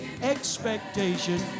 expectation